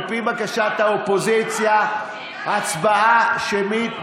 על פי בקשת האופוזיציה, הצבעה שמית.